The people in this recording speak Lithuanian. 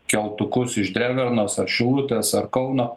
keltukus iš drevernos ar šilutės ar kauno